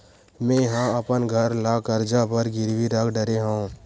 मेहा अपन घर ला कर्जा बर गिरवी रख डरे हव